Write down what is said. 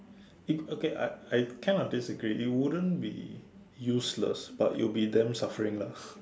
it okay I I kind of disagree it wouldn't be useless but it will be damn suffering lah